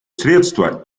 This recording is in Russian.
средства